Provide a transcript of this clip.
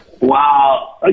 Wow